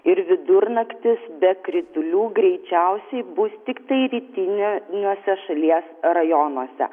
ir vidurnaktis be kritulių greičiausiai bus tiktai rytin niuose šalies rajonuose